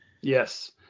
yes